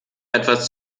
etwas